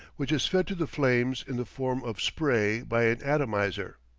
which is fed to the flames in the form of spray by an atomizer.